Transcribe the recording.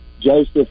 joseph